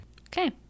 Okay